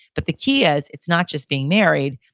but the key is, it's not just being married,